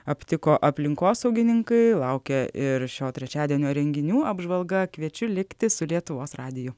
aptiko aplinkosaugininkai laukia ir šio trečiadienio renginių apžvalga kviečiu likti su lietuvos radiju